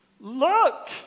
Look